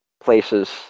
places